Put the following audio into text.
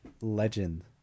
legend